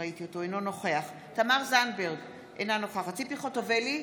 אינו נוכח תמר זנדברג, אינה נוכחת ציפי חוטובלי,